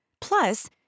Plus